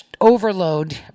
overload